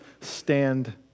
stand